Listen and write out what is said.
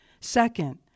Second